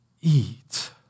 eat